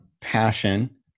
passion